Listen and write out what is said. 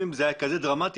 אם זה היה כזה דרמטי,